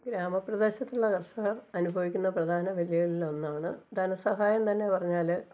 ഗ്രാമ പ്രദേശത്തുള്ള കര്ഷകര് അനുഭവിക്കുന്ന പ്രധാന വെല്ലുവിളികളില് ഒന്നാണ് ധന സഹായം തന്നെ പറഞ്ഞാല്